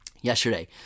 yesterday